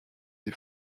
des